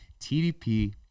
TDP